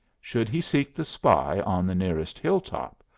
should he seek the spy on the nearest hilltop,